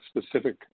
specific